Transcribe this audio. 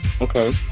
Okay